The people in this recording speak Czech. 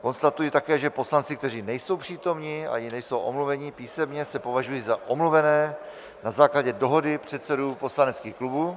Konstatuji také, že poslanci, kteří nejsou přítomni ani nejsou omluveni písemně, se považují za omluvené na základě dohody předsedů poslaneckých klubů.